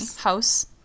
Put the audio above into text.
House